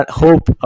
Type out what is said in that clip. hope